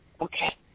Okay